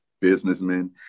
businessmen